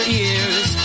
ears